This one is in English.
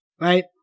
right